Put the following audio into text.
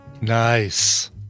Nice